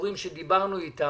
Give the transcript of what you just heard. הדיבורים שדיברנו איתם,